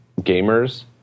gamers